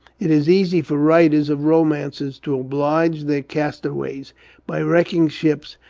it is easy for writers of romances to oblige their castaways by wrecking ships,